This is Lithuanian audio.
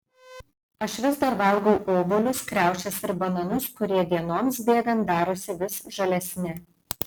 aš vis dar valgau obuolius kriaušes ir bananus kurie dienoms bėgant darosi vis žalesni